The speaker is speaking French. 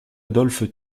adolphe